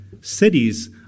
cities